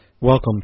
Welcome